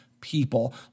people